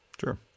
Sure